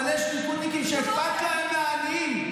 אבל יש ליכודניקים שאכפת להם מהעניים.